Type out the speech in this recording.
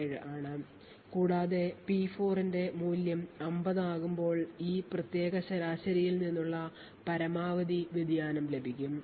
57 ആണ് കൂടാതെ P4 ന്റെ മൂല്യം 50 ആകുമ്പോൾ ഈ പ്രത്യേക ശരാശരിയിൽ നിന്നുള്ള പരമാവധി വ്യതിയാനം ലഭിക്കും